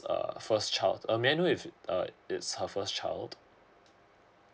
first child uh may I know if uh it's her first child